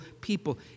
people